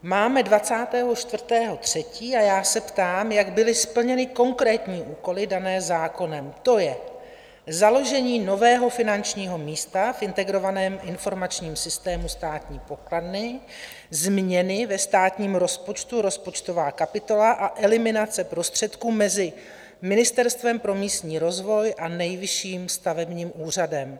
Máme 24. 3. a já se ptám, jak byly splněny konkrétní úkoly dané zákonem, to je založení nového finančního místa v integrovaném informačním systému státní pokladny, změny ve státním rozpočtu, rozpočtová kapitola a eliminace prostředků mezi Ministerstvem pro místní rozvoj a Nejvyšším stavebním úřadem.